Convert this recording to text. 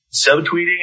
subtweeting